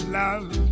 love